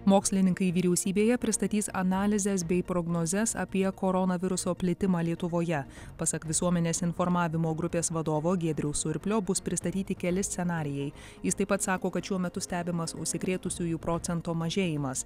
mokslininkai vyriausybėje pristatys analizes bei prognozes apie koronaviruso plitimą lietuvoje pasak visuomenės informavimo grupės vadovo giedriaus surplio bus pristatyti keli scenarijai jis taip pat sako kad šiuo metu stebimas užsikrėtusiųjų procento mažėjimas